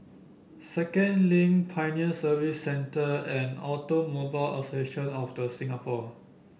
Second Link Pioneer Service Centre and Automobile Association of The Singapore